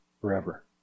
forever